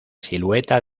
silueta